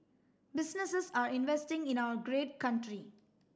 businesses are investing in our great country